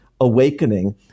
awakening